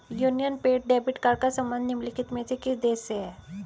Union पे debit card का संबंध निम्नलिखित में से किस देश से है?